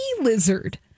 Lizard